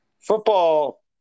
Football